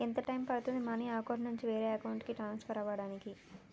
ఎంత టైం పడుతుంది money account నుంచి వేరే అకౌంట్ కి ట్రాన్స్ఫర్ కావటానికి?